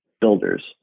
builders